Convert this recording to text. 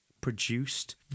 Produced